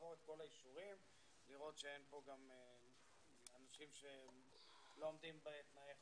לעבור על כל האישורים ולראות שאין כאן אנשים שלא עומדים בתנאים.